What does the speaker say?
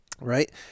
right